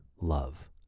love